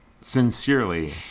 sincerely